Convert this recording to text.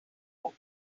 more